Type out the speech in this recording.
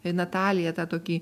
natalija tą tokį